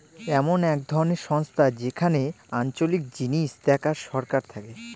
এমন এক ধরনের সংস্থা যেখানে আঞ্চলিক জিনিস দেখার সরকার থাকে